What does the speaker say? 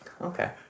Okay